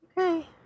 okay